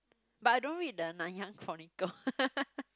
but I don't read the Nanyang Chronicle